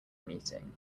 meeting